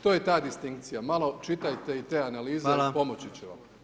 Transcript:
To je ta distinkcija, malo čitajte i te analize [[Upadica: Hvala]] , pomoći će vam.